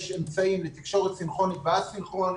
אמצעים לתקשורת סינכרונית וא-סינכרונית,